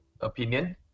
opinion